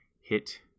hit